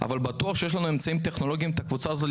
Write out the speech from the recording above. אבל בטוח שיש לנו אמצעים טכנולוגיים לסגור את הקבוצה הזאת.